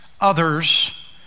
others